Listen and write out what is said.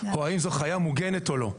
או האם זו חיה מוגנת או לא.